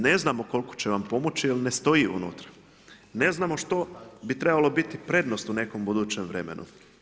Ne znam koliko će vam pomoći jel ne stoji unutra, ne znamo što bi trebalo biti prednost u nekom budućem vremenu.